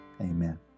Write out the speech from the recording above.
amen